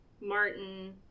Martin